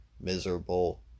miserable